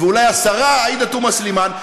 ואולי השרה עאידה תומא סלימאן,